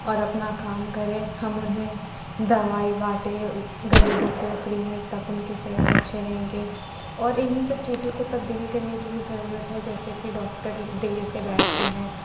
اور اپنا کام کریں ہم اُنہیں دوائی بانٹیں غریبوں کو فری میں تب اُن کی صحت اچھے رہیں گے اور اِنہی سب چیزوں کو تبدیل کرنے کی بھی ضرورت ہے جیسے کہ ڈاکٹر دیر سے بیٹھتے ہیں